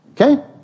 okay